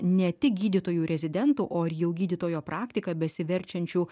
ne tik gydytojų rezidentų o ir jau gydytojo praktika besiverčiančių